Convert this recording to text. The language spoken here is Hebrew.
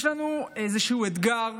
יש לנו איזשהו אתגר,